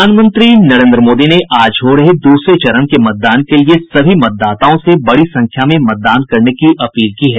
प्रधानमंत्री नरेन्द्र मोदी ने आज हो रहे दूसरे चरण के मतदान के लिए सभी मतदाताओं से बड़ी संख्या में मतदान करने की अपील की है